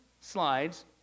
slides